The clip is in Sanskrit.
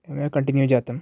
कण्टिन्यू जातं